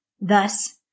Thus